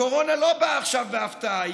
הקורונה לא באה עכשיו בהפתעה,